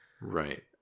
Right